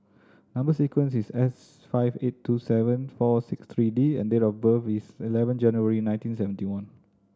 number sequence is S five eight two seven four six three D and date of birth is eleven January nineteen seventy one